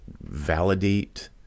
validate